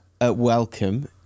welcome